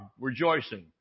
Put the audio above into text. rejoicing